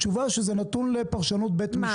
תשובה שזה נתון לפרשנות בית משפט.